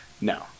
No